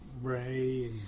Ray